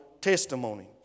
testimony